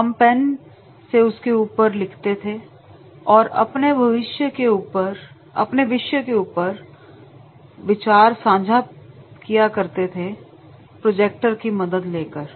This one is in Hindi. हम पेन से उसके ऊपर लिखते थे और अपने विषय के ऊपर विचार सांझा प्रोजेक्टर की मदद लेकर किया करते थे